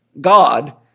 God